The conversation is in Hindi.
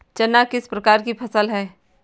चना किस प्रकार की फसल है?